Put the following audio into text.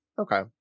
Okay